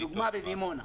לדוגמה בדימונה.